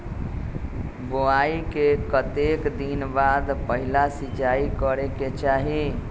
बोआई के कतेक दिन बाद पहिला सिंचाई करे के चाही?